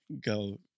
Go